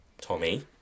Tommy